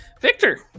Victor